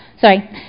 sorry